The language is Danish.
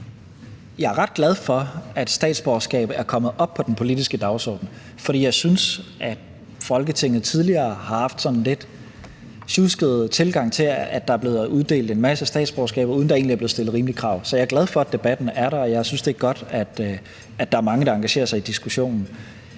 Jeg er ret glad for, at statsborgerskabet er kommet på den politiske dagsorden, for jeg synes, at Folketinget tidligere har haft en sådan lidt sjusket tilgang til det – der er blevet uddelt en masse statsborgerskaber, uden at der egentlig er blevet stillet rimelige krav. Så jeg er glad for, at debatten er der, og jeg synes, det er godt, at der er mange, der engagerer sig i diskussionen.